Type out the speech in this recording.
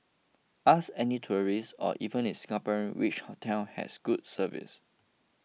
ask any tourist or even a Singaporean which hotel has good service